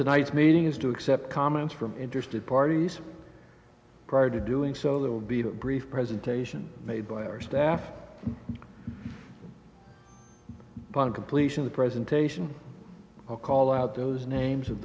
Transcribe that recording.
tonight's meeting is to accept comments from interested parties prior to doing so there will be a brief presentation made by our staff on completion the presentation of call out those names of